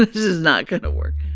this is not going to work